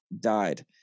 died